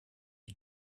you